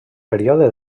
període